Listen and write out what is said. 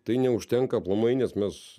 tai neužtenka aplamai nes mes